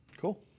Cool